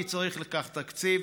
כי צריך לכך תקציב.